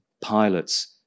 pilots